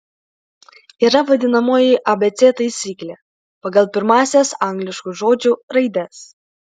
yra vadinamoji abc taisyklė pagal pirmąsias angliškų žodžių raides